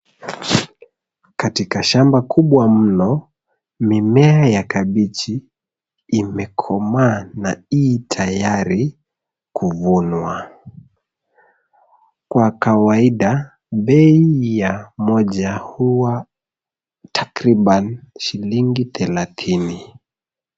Katika shamba kubwa mno, mimea ya kabichi imekomaa na ii tayari kuvunwa kwa kawaida bei ya moja hua takriban shilingi thelatini.